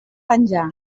penjar